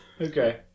Okay